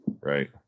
Right